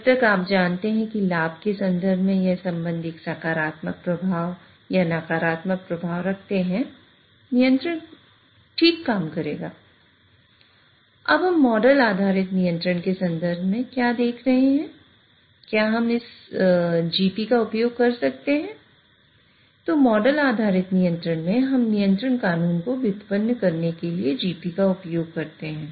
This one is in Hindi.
जब तक आप जानते हैं कि लाभ के संदर्भ में यह संबंध एक सकारात्मक प्रभाव या एक नकारात्मक प्रभाव रखते हैं नियंत्रक ठीक काम करेगा